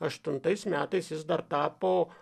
aštuntais metais jis dar tapo